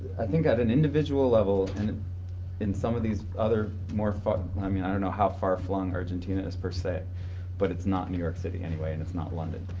i think at an individual level and in some of these other more far. i mean i don't know how far-flung argentina is per say but it's not new york city anyway and it's not london.